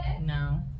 No